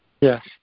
Yes